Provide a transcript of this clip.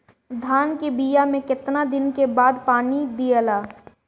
धान के बिया मे कितना दिन के बाद पानी दियाला?